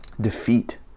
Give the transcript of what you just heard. defeat